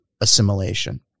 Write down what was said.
assimilation